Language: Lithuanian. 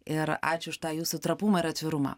ir ačiū už tą jūsų trapumą ir atvirumą